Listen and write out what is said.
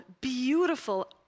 beautiful